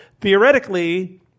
theoretically